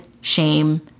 shame